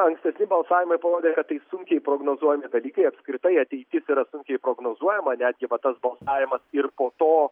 ankstesni balsavimai parodė kad tai sunkiai prognozuojami dalykai apskritai ateitis yra sunkiai prognozuojama netgi va tas balsavimas ir po to